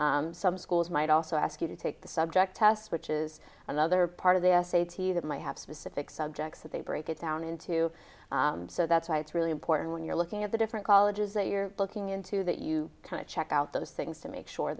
part some schools might also ask you to take the subject test which is another part of the essay to you that might have specific subjects that they break it down into so that's why it's really important when you're looking at the different colleges that you're looking into that you kind of check out those things to make sure